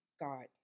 God